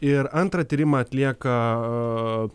ir antrą tyrimą atlieka